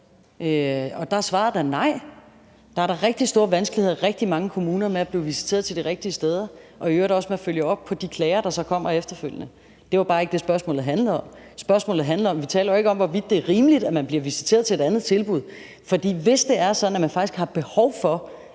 Der er svaret da nej. Der er da rigtig store vanskeligheder i rigtig mange kommuner med at visitere til de rigtige steder og i øvrigt også med at følge op på de klager, der så kommer efterfølgende. Det er bare ikke det, spørgsmålet handler om. Vi taler jo ikke om, hvorvidt det er rimeligt, at man bliver visiteret til et andet tilbud, for hvis det er sådan, at man af